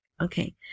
Okay